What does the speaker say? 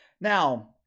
Now